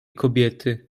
kobiety